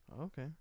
Okay